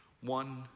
one